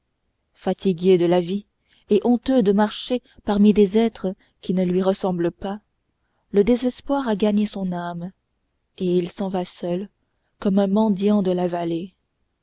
fatigué de la vie et honteux de marcher parmi des êtres qui ne lui ressemblent pas le désespoir a gagné son âme et il s'en va seul comme le mendiant de la vallée